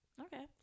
Okay